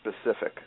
specific